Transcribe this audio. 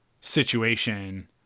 situation